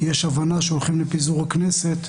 יש הבנה שהולכים לפיזור הכנסת,